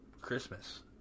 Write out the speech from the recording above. Christmas